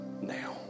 now